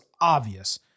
obvious